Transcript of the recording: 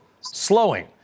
slowing